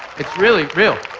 it's really real.